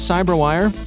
Cyberwire